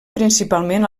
principalment